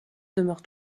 demeurent